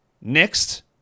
Next